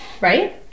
right